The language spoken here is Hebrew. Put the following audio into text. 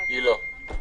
היא לא.